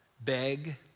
beg